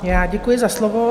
Já děkuji za slovo.